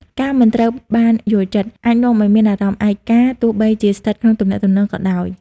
ការមិនត្រូវបានយល់ចិត្ត អាចនាំឲ្យមានអារម្មណ៍ឯកា ទោះបីជាស្ថិតក្នុងទំនាក់ទំនងក៏ដោយ។